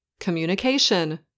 communication